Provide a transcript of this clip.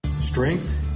Strength